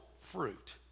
fruit